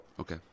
Okay